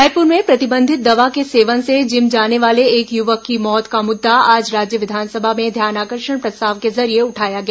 रायपुर में प्रतिबंधित दवा के सेवन से जिम जाने वाले एक युवक की मौत का मुद्दा आज राज्य विधानसभा में ध्यानाकर्षण प्रस्ताव के जरिये उठाया गया